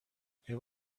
have